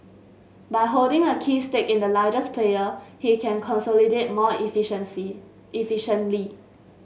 by holding a key stake in the largest player he can consolidate more efficiency efficiently